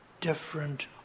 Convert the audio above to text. different